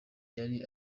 yari